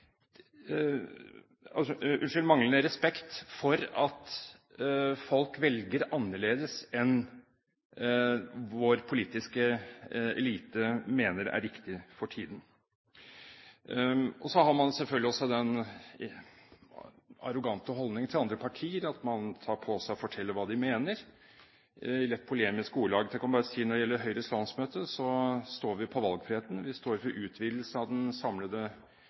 riktig for tiden. Så har man selvfølgelig også den arrogante holdningen til andre partier at man tar på seg å fortelle hva de mener, i lett polemiske ordelag. Jeg kan bare si når det gjelder Høyres landsmøte, at vi står på valgfriheten. Vi står for utvidelse av den samlede